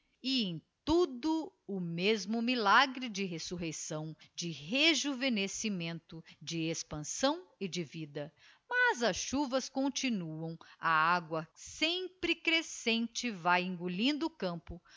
em tudo o mesmo milagre de resurreição de rejuvenescimento de expansão e devida mas as chuvas continuam a agua sempre crescente vae engolindo o campo